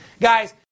Guys